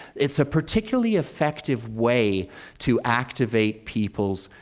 it's a particularly effective way to activate people's